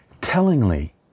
Tellingly